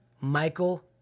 Michael